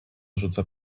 rzuca